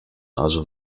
also